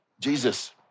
Jesus